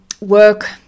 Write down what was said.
work